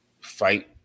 fight